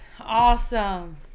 Awesome